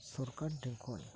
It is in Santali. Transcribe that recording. ᱥᱚᱨᱠᱟᱨ ᱴᱷᱮᱱ ᱠᱷᱚᱱ